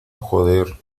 joder